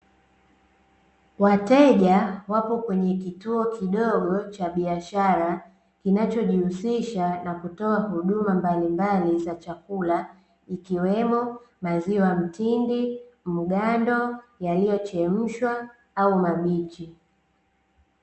Wateja wapo kwenye kituo kidogo cha biashara kinachojihusisha na kutoa huduma mbalimbali za chakula ikiwemo maziwa mtindi, mgando, yaliyochemshwa au mabichi.